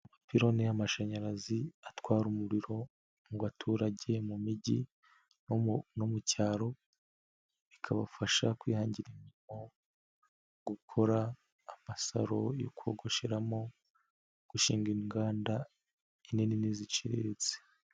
Amapiloni y'amashanyarazi atwara umuriro mu baturage, mu mijyi no no mu cyaro, bikabafasha kwihangira imirimo, gukora amasaro yo kogoshiramo, gushinga inganda nini n'iziciriritse.